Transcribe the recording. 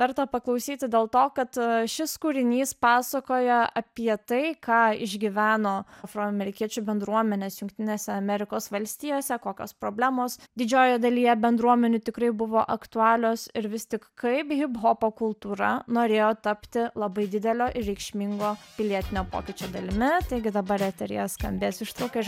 verta paklausyti dėl to kad šis kūrinys pasakoja apie tai ką išgyveno afroamerikiečių bendruomenės jungtinėse amerikos valstijose kokios problemos didžiojoje dalyje bendruomenių tikrai buvo aktualios ir vis tik kaip hiphopo kultūra norėjo tapti labai didelio ir reikšmingo pilietinio pokyčio dalimi taigi dabar eteryje skambės ištrauka iš